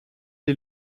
est